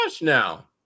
now